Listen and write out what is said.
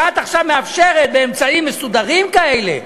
שאת עכשיו מאפשרת באמצעים מסודרים כאלה,